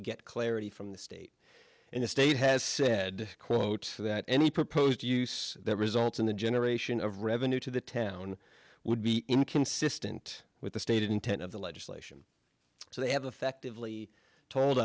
get clarity from the state and the state has said quote that any proposed use results in the generation of revenue to the town would be inconsistent with the stated intent of the legislation so they have affectively told